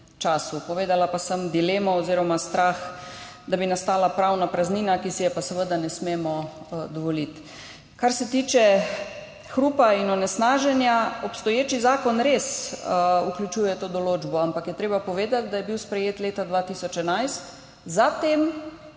Povedala pa sem dilemo oziroma strah, da bi nastala pravna praznina, ki si je pa seveda ne smemo dovoliti. Kar se tiče hrupa in onesnaženja. Obstoječi zakon res vključuje to določbo, ampak je treba povedati, da je bil sprejet leta 2011, za tem